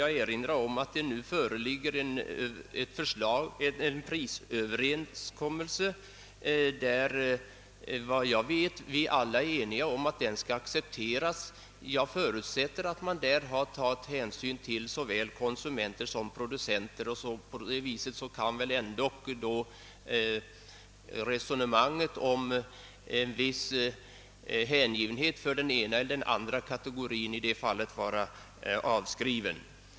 Jag vill erinra om att det nu föreligger en prisöverenskommelse som vi alla, såvitt jag vet, är eniga om att acceptera. Jag förutsätter att det i denna har tagits hänsyn till såväl konsumenter som producenter och jag räknar med att resonemanget om partitagande för den ena eller andra kategorin därmed kan anses avskrivet.